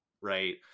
Right